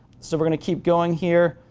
so, we're going keep going here.